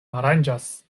aranĝas